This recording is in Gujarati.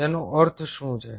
તેનો અર્થ શું છે